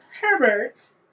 herbert